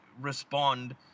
respond